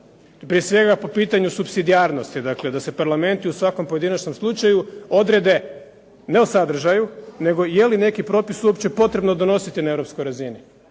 Prije svega po pitanju subsidijarnosti, dakle da se parlamenti u svakom pojedinačnom slučaju odrede ne u sadržaju nego je li neki propis uopće potrebno donositi na europskoj razini.